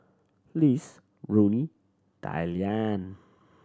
Lise Ronnie Dyllan